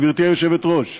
גברתי היושבת-ראש,